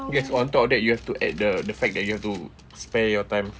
yes on top of that you have add the the fact that you have to spare your time